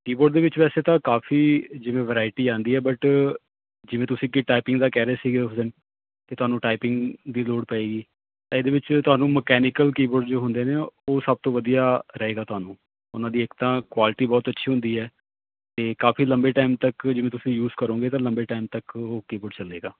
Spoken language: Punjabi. ਕੀਬੋਰਡ ਦੇ ਵਿੱਚ ਵੈਸੇ ਤਾਂ ਕਾਫ਼ੀ ਜਿਵੇਂ ਵਰਾਇਟੀ ਆਉਂਦੀ ਹੈ ਬਟ ਜਿਵੇਂ ਤੁਸੀਂ ਕਿ ਟਾਈਪਿੰਗ ਦਾ ਕਹਿ ਰਹੇ ਸੀਗੇ ਉਸ ਦਿਨ ਕੀ ਤੁਹਾਨੂੰ ਟਾਈਪਿੰਗ ਦੀ ਲੋੜ ਪਵੇਗੀ ਤਾਂ ਇਹਦੇ ਵਿੱਚ ਤੁਹਾਨੂੰ ਮਕੈਨਿਕਲ ਕੀਬੋਰਡ ਜੋ ਹੁੰਦੇ ਨੇ ਉਹ ਸਭ ਤੋਂ ਵਧੀਆ ਰਹੇਗਾ ਤੁਹਾਨੂੰ ਉਹਨਾਂ ਦੀ ਇੱਕ ਤਾਂ ਕੁਆਲਿਟੀ ਬਹੁਤ ਅੱਛੀ ਹੁੰਦੀ ਹੈ ਅਤੇ ਕਾਫ਼ੀ ਲੰਬੇ ਟਾਈਮ ਤੱਕ ਜਿਵੇਂ ਤੁਸੀਂ ਯੂਜ ਕਰੋਗੇ ਤਾਂ ਲੰਬੇ ਟਾਈਮ ਤੱਕ ਕੀਬੋਰਡ ਚੱਲੇਗਾ